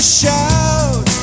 shout